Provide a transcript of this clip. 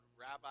Rabbi